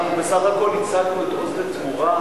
אנחנו בסך הכול הצגנו את "עוז לתמורה"